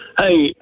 Hey